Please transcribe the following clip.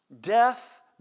Death